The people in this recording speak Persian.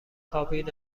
کابین